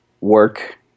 work